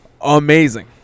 Amazing